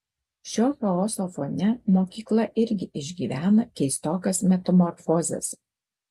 šio chaoso fone mokykla irgi išgyvena keistokas metamorfozes